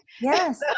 Yes